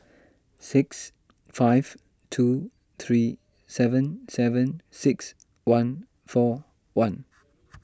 six five two three seven seven six one four one